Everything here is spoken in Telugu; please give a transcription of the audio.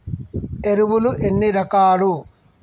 ఎరువులు ఎన్ని రకాలు?